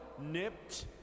nipped